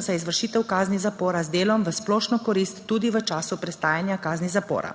za izvršitev kazni zapora z delom v splošno korist tudi v času prestajanja kazni zapora.